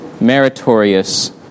meritorious